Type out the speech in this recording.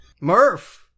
Murph